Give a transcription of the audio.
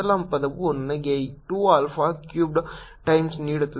ಮೊದಲ ಪದವು ನನಗೆ 2 ಆಲ್ಫಾ ಕ್ಯೂಬ್ಡ್ ಟೈಮ್ಸ್ ನೀಡುತ್ತದೆ